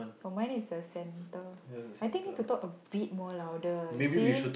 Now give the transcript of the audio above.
oh mine is the centre I think need to talk a bit more louder you see